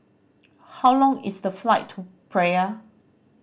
how long is the flight to Praia